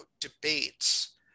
debates